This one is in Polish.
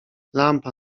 lampa